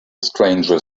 stranger